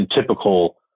typical